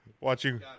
watching